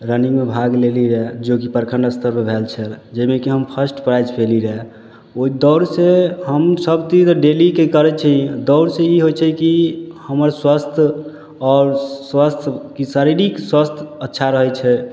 रनिंगमे भाग लेली रऽ जोकि प्रखंड स्तर पर भेल छल जाहिमेकी हम फर्स्ट प्राइज पइली रऽ ओहि दौड़ से हम सब चीज तऽ डेलीके करै छी दौड़ से ई होइ छै कि हमर स्वस्थ आओर स्वस्थ की शारीरिक स्वस्थ अच्छा रहै छै